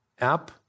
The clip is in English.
app